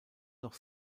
noch